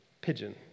Pigeon